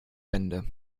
bände